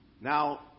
Now